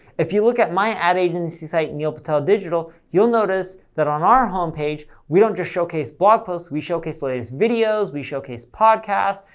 if you look at my ad agency site, neil patel digital, you'll notice that on our homepage, we don't just showcase blog posts, we showcase the latest videos, we showcase podcasts,